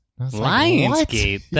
Lionsgate